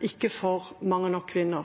ikke for mange nok kvinner?